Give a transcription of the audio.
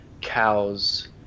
cows